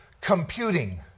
computing